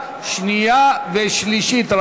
61 בעד, 12 מתנגדים, אין נמנעים.